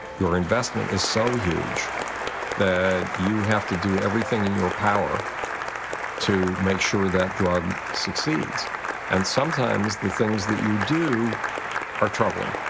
your investment is so huge that you have to do everything in your power to make sure that drug succeeds and sometimes the things that you do are troubling.